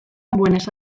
buenos